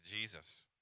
jesus